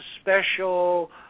special